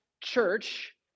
Church